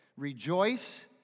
Rejoice